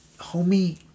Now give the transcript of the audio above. homie